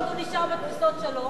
כל עוד הוא נשאר בתפיסות שלו.